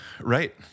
Right